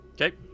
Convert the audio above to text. Okay